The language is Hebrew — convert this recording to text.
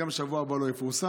גם בשבוע הבא זה לא יפורסם,